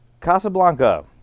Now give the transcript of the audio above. Casablanca